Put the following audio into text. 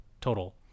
total